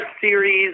series